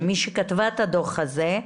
להציג למי שכתבה את הדוח הזה,